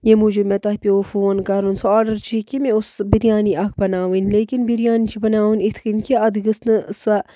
ییٚمۍ موٗجوٗب مےٚ تۄہہِ پیوٚوُ فون کَرُن سُہ آرڈَر چھِ یہِ کہِ مےٚ اوس سُہ بِریانی اَکھ بَناوٕنۍ لیکِن بِریانی چھِ بَناوٕنۍ یِتھ کَنۍ کہِ اَتھ گٔژھ نہٕ سۄ